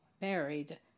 married